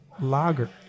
Lager